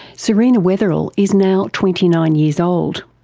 serena weatherall is now twenty nine years old.